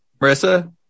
marissa